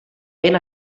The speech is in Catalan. ben